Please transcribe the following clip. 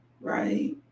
right